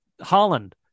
Holland